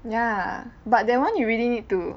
ya but that one you really need to